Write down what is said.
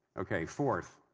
okay. fourth,